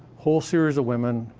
whole series of women,